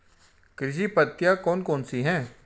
कृषि पद्धतियाँ कौन कौन सी हैं?